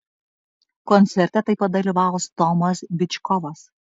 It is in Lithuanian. koncerte taip pat dalyvaus tomas byčkovas